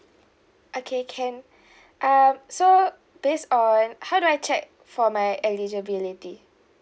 okay can um so based on how do I check for my eligibility